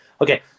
Okay